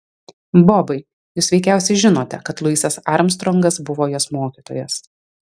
bobai jūs veikiausiai žinote kad luisas armstrongas buvo jos mokytojas